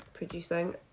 producing